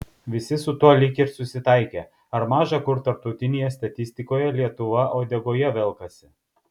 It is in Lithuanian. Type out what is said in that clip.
visi su tuo lyg ir susitaikė ar maža kur tarptautinėje statistikoje lietuva uodegoje velkasi